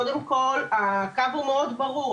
קודם כל, הקו הוא מאוד ברור.